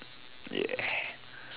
ya